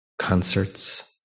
concerts